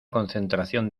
concentración